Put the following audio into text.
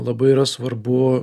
labai yra svarbu